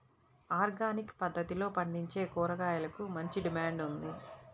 organic పద్దతిలో పండించే కూరగాయలకు మంచి డిమాండ్ ఉంది